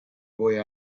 boy